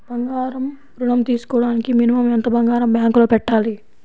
బంగారం ఋణం తీసుకోవడానికి మినిమం ఎంత బంగారం బ్యాంకులో పెట్టాలి?